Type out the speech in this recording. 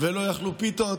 ולא יאכלו פיתות.